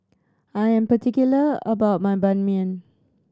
I'm particular about my Ban Mian